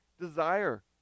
desire